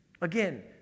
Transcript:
Again